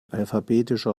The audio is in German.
alphabetischer